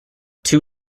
two